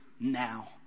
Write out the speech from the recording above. now